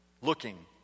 looking